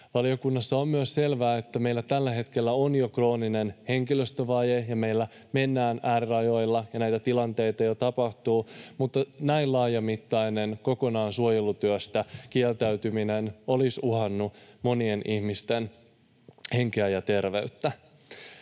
Valiokunnalle on myös selvää, että meillä on tällä hetkellä jo krooninen henkilöstövaje ja meillä mennään äärirajoilla ja näitä tilanteita jo tapahtuu, mutta näin laajamittainen toimi, kokonaan suojelutyöstä kieltäytyminen, olisi uhannut monien ihmisten henkeä ja terveyttä.